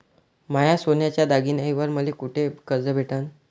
माया सोन्याच्या दागिन्यांइवर मले कुठे कर्ज भेटन?